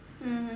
mmhmm